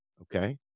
okay